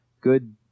good